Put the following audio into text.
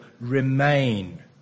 remain